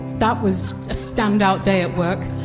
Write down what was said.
that was a stand-out day at work.